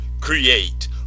create